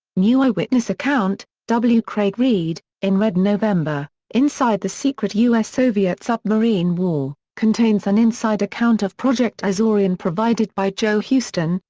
new eyewitness account w. craig reed, in red november inside the secret u s. soviet submarine war, contains an inside account of project azorian provided by joe houston,